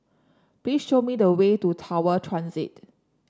please show me the way to Tower Transit